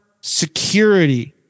security